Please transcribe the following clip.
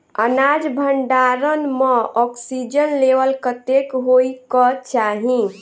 अनाज भण्डारण म ऑक्सीजन लेवल कतेक होइ कऽ चाहि?